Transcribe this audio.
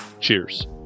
cheers